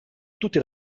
tutti